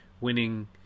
winning